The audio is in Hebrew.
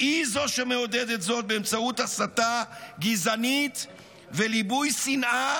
היא שמעודדת זאת באמצעות הסתה גזענית וליבוי שנאה